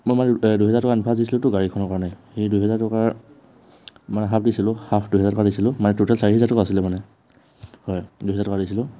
মই মানে দুহেজাৰ টকা এডভাঞ্চ দিছিলোঁতো গাড়ীখনৰ কাৰণে সেই দুহেজাৰ টকাৰ মানে ভাবিছিলোঁ হাফ দুহেজাৰ টকা দিছিলোঁ মানে টুটেল চাৰিহাজাৰ টকা আছিলে মানে হয় দুহেজাৰ টকা দিছিলোঁ